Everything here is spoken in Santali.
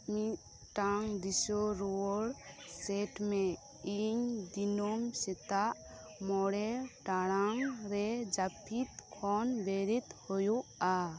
ᱢᱤᱫᱴᱟᱝ ᱫᱤᱥᱟᱹ ᱨᱩᱣᱟᱹᱲ ᱥᱮᱴ ᱢᱮ ᱤᱧ ᱫᱤᱱᱟᱹᱢ ᱥᱮᱛᱟᱜ ᱢᱚᱬᱮ ᱴᱟᱲᱟᱝ ᱨᱮ ᱡᱟᱹᱯᱤᱫ ᱠᱷᱚᱱ ᱵᱮᱨᱮᱫ ᱦᱩᱭᱩᱜᱼᱟ